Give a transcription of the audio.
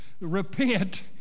repent